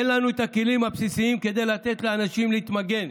אין לנו את הכלים הבסיסיים כדי לתת לאנשים להתמגן.